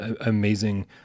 amazing